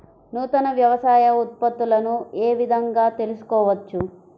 నూతన వ్యవసాయ ఉత్పత్తులను ఏ విధంగా తెలుసుకోవచ్చు?